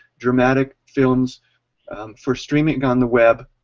dramatic films for streaming on the web.